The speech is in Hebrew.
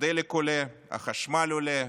הדלק עולה, החשמל עולה,